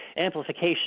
amplification